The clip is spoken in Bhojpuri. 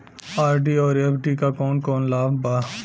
आर.डी और एफ.डी क कौन कौन लाभ बा?